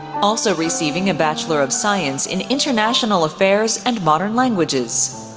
also receiving a bachelor of science in international affairs and modern languages.